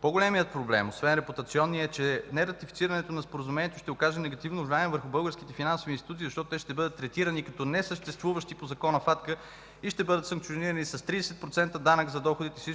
По-големият проблем освен репутационния е, че нератифицирането на Споразумението ще окаже негативно влияние върху българските финансови институции, защото те ще бъдат третирани като несъществуващи по Закона FACTA и ще бъдат санкционирани с 30% данък за доходите си,